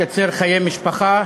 לקצר חיי ממשלה,